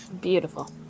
Beautiful